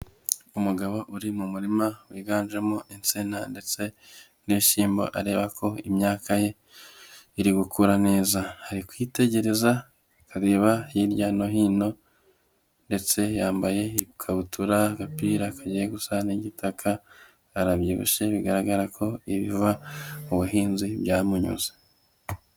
Umugabo uri mu murima wiganjemo itsina ndetse n'ibishimbo areba ko imyaka ye iri gukura neza, ari kwitegereza akareba hirya no hino ndetse yambaye ikabutura agapira kajya gusa n'igitaka, arabyibushye bigaragara ko ibiva mu buhinzi byamunyuze.